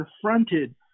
confronted